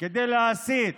כדי להסית